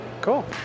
cool